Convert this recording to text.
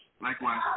Likewise